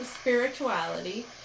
spirituality